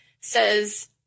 says